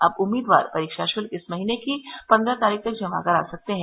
अब उम्मीदवार परीक्षा शुल्क इस महीने की पन्द्रह तारीख तक जमा करा सकते हैं